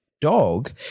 dog